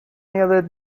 یادت